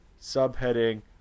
subheading